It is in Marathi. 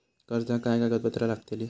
कर्जाक काय कागदपत्र लागतली?